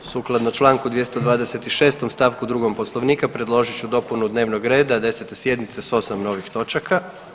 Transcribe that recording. Sukladno članku 226. stavku 2. Poslovnika predložit ću dopunu dnevnog reda 10. sjednice sa 8 novih točaka.